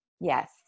Yes